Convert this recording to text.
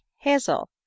Hazel